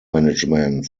management